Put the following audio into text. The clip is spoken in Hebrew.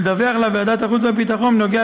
ולדווח לוועדת החוץ והביטחון בכל